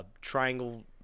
triangle